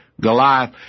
Goliath